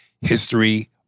history